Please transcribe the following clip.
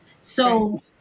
So-